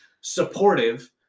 supportive